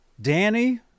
Danny